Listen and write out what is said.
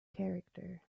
character